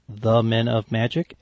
themenofmagic